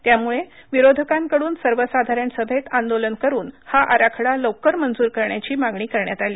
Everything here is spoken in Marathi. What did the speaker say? त्यामुळे विरोधकांकडून सर्वसाधारण सभैत आंदोलन करून हा आराखडा लवकर मंजूर करण्याची मागणी केली